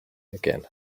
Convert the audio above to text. again